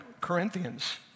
Corinthians